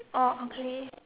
oh okay